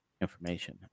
information